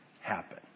happen